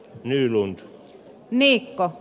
nylund mikko